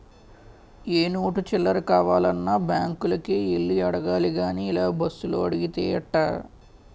ఏ note చిల్లర కావాలన్నా బాంకులకే యెల్లి అడగాలి గానీ ఇలా బస్సులో అడిగితే ఎట్టా